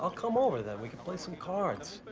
ah come over, then. we could play some cards,